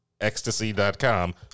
ecstasy.com